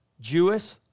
Jewish